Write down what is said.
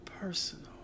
personal